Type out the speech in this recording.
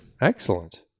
excellent